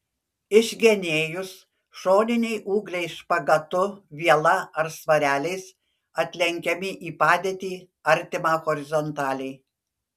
išgenėjus šoniniai ūgliai špagatu viela ar svareliais atlenkiami į padėtį artimą horizontaliai